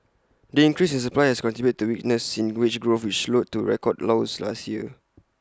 the increase in supply has contributed to weakness in wage growth which slowed to record lows last year